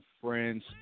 Friends